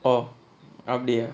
oh அப்டியா:apdiyaa